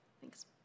Thanks